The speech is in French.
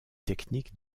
techniques